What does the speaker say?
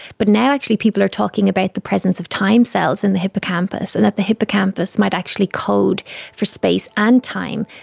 but now actually people are talking about the presence of time cells in the hippocampus, and that the hippocampus might actually code for space and time,